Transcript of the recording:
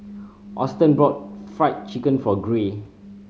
Auston bought Fried Chicken for Gray